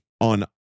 on